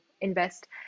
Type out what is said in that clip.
invest